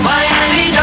Miami